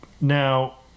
Now